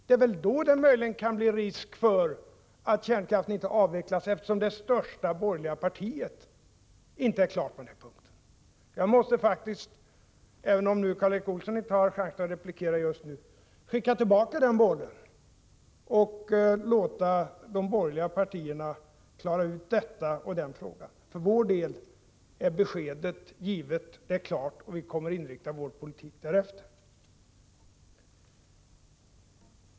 Det är då det möjligen kan bli risk för att kärnkraften inte avvecklas, eftersom det största borgerliga partiet inte är klar på den punkten. Även om Karl Erik Olsson inte har chansen att replikera just nu, måste jag faktiskt skicka tillbaka den bollen och låta de borgerliga partierna klara ut den frågan. För vår del är beskedet givet. Beslutet är klart, och vi kommer att inrikta vår politik därefter.